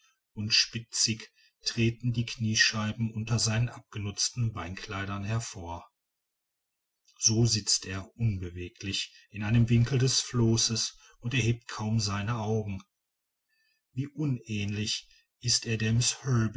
und spitzig treten die knieschneiben unter seinen abgenutzten beinkleidern hervor so sitzt er unbeweglich in einem winkel des flosses und erhebt kaum seine augen wie unähnlich ist er